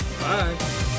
Bye